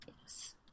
Yes